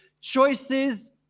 Choices